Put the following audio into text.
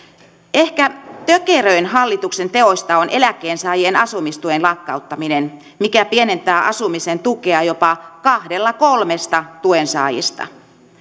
ehkä tökeröin hallituksen teoista on eläkkeensaajien asumistuen lakkauttaminen mikä pienentää asumisen tukea jopa kahdella kolmesta tuensaajasta